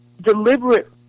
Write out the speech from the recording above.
deliberate